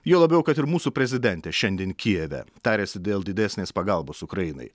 juo labiau kad ir mūsų prezidentė šiandien kijeve tariasi dėl didesnės pagalbos ukrainai